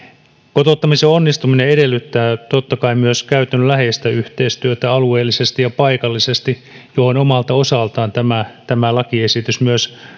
kotouttamisen onnistuminen edellyttää totta kai myös käytännönläheistä yhteistyötä alueellisesti ja paikallisesti johon omalta osaltaan tämä tämä lakiesitys myös